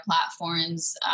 platforms